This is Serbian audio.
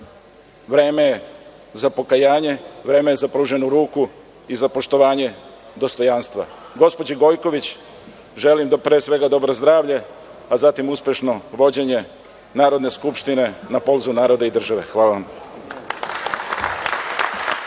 vreme ja pokajanje, vreme je za pruženu ruku i za poštovanje dostojanstva. Gospođi Gojković želim pre svega dobro zdravlje, a zatim uspešno vođenje Narodne skupštine na poziv naroda i države. Hvala.